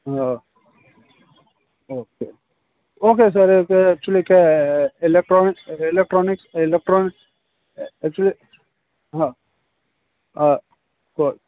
हाँ okay okay sir actually क्या है electronics electronics electronics uh actually हाँ अ ओ